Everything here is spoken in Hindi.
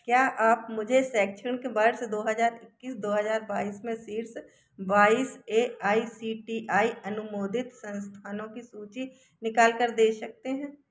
क्या आप मुझे शैक्षणिक वर्ष दो हज़ार इक्कीस से दो हज़ार बाईस में शीर्ष बाईस A I C T E अनुमोदित संस्थानों की सूचि निकाल कर दे सकते हैं